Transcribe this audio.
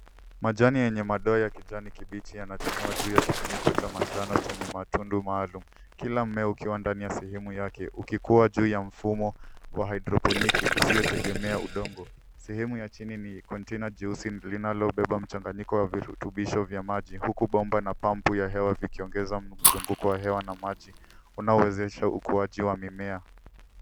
Majani yenye madoa ya kijani kibichi yana chanua juu ya kifuniko cha manjano chenye matundu maalumu. Kila mmea ukiwa ndani ya sehemu yake, ukikua juu ya mfumo wa haidroponiki usio tegemea udongo. Sehemu ya chini ni kontaina jeusi linalobeba mchanganyiko wa virutubisho vya maji huku bomba na pampu ya hewa vikiongeza mzunguko wa hewa na maji unaowezesha ukuaji wa mimea.